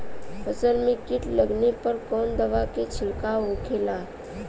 फसल में कीट लगने पर कौन दवा के छिड़काव होखेला?